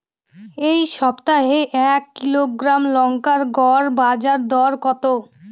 এই সপ্তাহে এক কিলোগ্রাম লঙ্কার গড় বাজার দর কত?